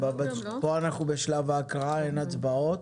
פה אנו בשלב ההקראה אין הצבעות.